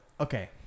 okay